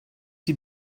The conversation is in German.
sie